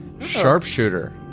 Sharpshooter